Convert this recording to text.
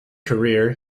career